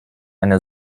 eine